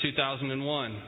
2001